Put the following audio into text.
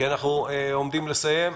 אנחנו עומדים לסיים.